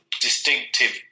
distinctive